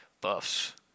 buffs